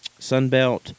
Sunbelt